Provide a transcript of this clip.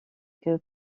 que